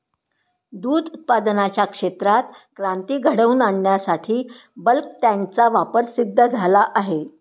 दूध उत्पादनाच्या क्षेत्रात क्रांती घडवून आणण्यासाठी बल्क टँकचा वापर सिद्ध झाला आहे